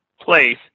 place